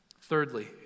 Thirdly